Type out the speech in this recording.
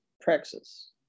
praxis